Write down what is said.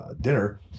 dinner